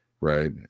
right